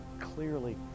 clearly